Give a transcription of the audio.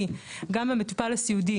כי גם המטופל הסיעודי,